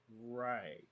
Right